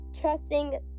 trusting